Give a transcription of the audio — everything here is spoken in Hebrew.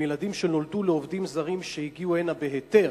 הם ילדים שנולדו לעובדים זרים שהגיעו הנה בהיתר.